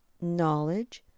knowledge